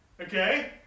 Okay